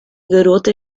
garota